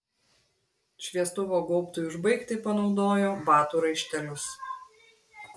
šviestuvo gaubtui užbaigti panaudojo batų raištelius